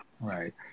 right